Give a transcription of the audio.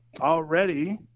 already